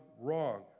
wrong